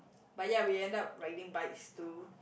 but ya we end up riding bikes too